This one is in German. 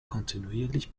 kontinuierlich